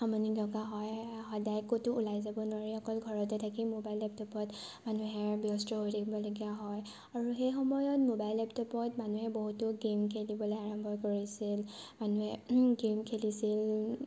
আমনি লগা হয় সদায় ক'তো উলাই যাব নোৱাৰি অকল ঘৰতে থাকি মোবাইল লেপটপত ব্যস্ত হৈ থাকিবলগীয়া হয় আৰু হেই সময়ত মবাইল লেপটপত মানুহে বহুতো গেম খেলিব আৰম্ভ কৰিছিল মানুহে গেম খেলিছিল